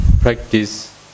practice